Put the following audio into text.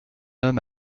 homme